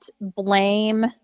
blame